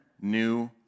new